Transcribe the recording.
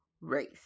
race